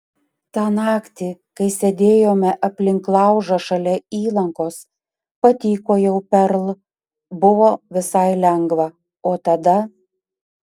tą naktį kai sėdėjome aplink laužą šalia įlankos patykojau perl buvo visai lengva o tada